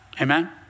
Amen